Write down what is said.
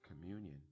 communion